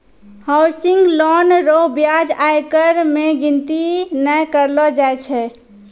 housing loan रो ब्याज आयकर मे गिनती नै करलो जाय छै